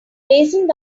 racing